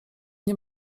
nie